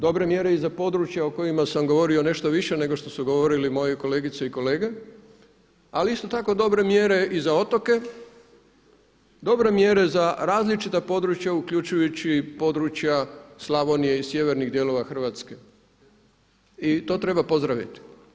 Dobre mjere i za područja o kojima sam govorio nešto više nego što su govorili moje kolegice i kolege, ali isto tako dobre mjere i za otoke, dobre mjere za različita područja uključujući područja Slavonije i sjevernih dijelova Hrvatske i to treba pozdraviti.